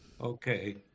Okay